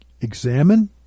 examine